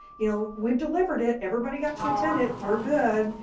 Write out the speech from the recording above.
you know we delivered it, everybody got to attend it, we're good.